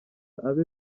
abe